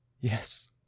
Yes